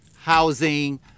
housing